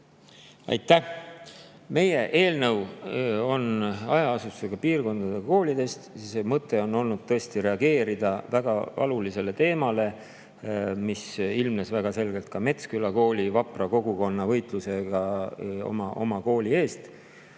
Aitäh! Meie eelnõu on hajaasustusega piirkondade koolide kohta. Selle mõte on tõesti reageerida väga valulisele teemale, mis ilmnes väga selgelt seoses Metsküla kooli vapra kogukonna võitlusega oma kooli eest,